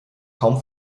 kaum